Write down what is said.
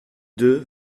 deux